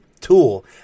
tool